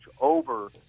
over